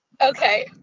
Okay